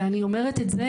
ואני אומרת את זה,